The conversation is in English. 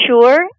sure